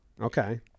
Okay